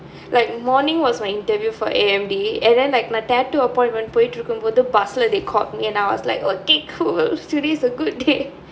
like morning was my interview for A_M_D and then like my tattoo appointment போயிட்டு இருக்கும் போது:poyittu irukkum pothu they called me and I was like okay cool today's a good day